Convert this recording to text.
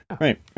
right